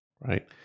Right